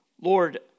Lord